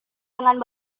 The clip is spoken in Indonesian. dengan